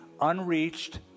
unreached